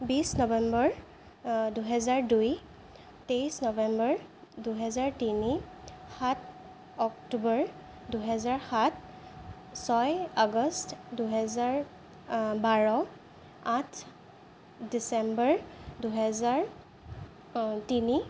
বিশ নৱেম্বৰ দুহেজাৰ দুই তেইছ নৱেম্বৰ দুহেজাৰ তিনি সাত অক্টোবৰ দুহেজাৰ সাত ছয় আগষ্ট দুহেজাৰ বাৰ আঠ ডিচেম্বৰ দুহেজাৰ তিনি